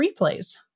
replays